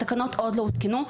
התקנות עוד לא הותקנו.